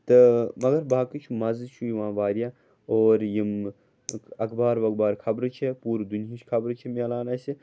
تہٕ مگر باقٕے چھُ مَزٕ چھُ یِوان واریاہ اور یِم اَخبار وخبار خبرٕ چھےٚ پوٗرٕ دُنہِچ خبرٕ چھِ مِلان اَسہِ